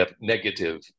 negative